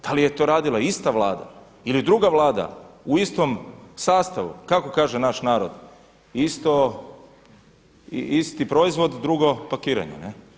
Da li je to radila ista Vlada ili druga Vlada u istom sastavu kako kaže naš narod isto, isti proizvod drugo pakiranje.